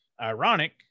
ironic